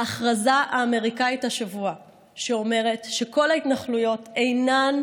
ההכרזה האמריקנית השבוע שאומרת שכל ההתנחלויות אינן